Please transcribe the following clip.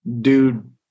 dude